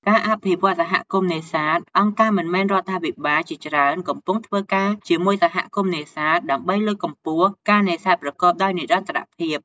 ការអភិវឌ្ឍន៍សហគមន៍នេសាទ អង្គការមិនមែនរដ្ឋាភិបាលជាច្រើនកំពុងធ្វើការជាមួយសហគមន៍នេសាទ ដើម្បីលើកកម្ពស់ការនេសាទប្រកបដោយនិរន្តរភាព។